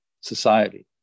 society